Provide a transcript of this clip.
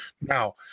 now